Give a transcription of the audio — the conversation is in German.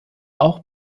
auch